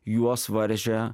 juos varžė